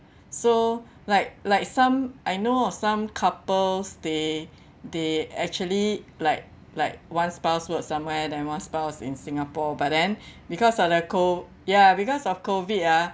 so like like some I know of some couples they they actually like like one spouse work somewhere then one spouse in singapore but then because of the co~ ya because of COVID ah